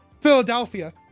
Philadelphia